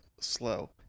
slow